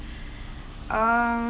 err